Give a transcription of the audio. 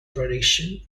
tradition